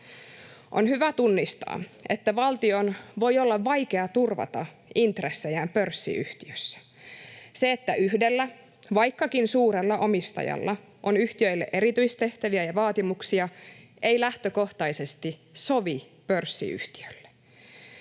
On hyvä tunnistaa, että valtion voi olla vaikea turvata intressejään pörssiyhtiössä. Se, että yhdellä — vaikkakin suurella — omistajalla on yhtiölle erityistehtäviä ja vaatimuksia, ei lähtökohtaisesti sovi pörssiyhtiölle.